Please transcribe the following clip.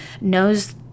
knows